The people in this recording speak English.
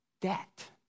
debt